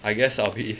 I guess I'll be